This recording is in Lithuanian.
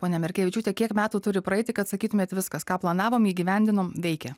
ponia merkevičiūte kiek metų turi praeiti kad sakytumėt viskas ką planavom įgyvendinom veikia